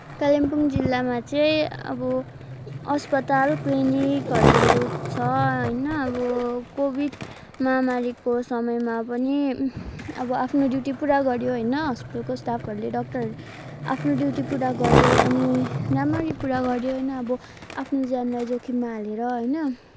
कालिम्पोङ जिल्लामा चाहिँ अब अस्पताल क्लिनिकहरू छ होइन अब कोभिड महामारीको समयमा पनि अब आफ्नो ड्युटी पुरा गऱ्यो होइन हस्पिटलको स्टाफहरूले डक्टरहरूले आफ्नो ड्युटी पुरा गऱ्यो अनि राम्ररी पुरा गऱ्यो होइन अब आफ्नो ज्यानलाई जोखिममा हालेर होइन